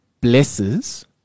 blesses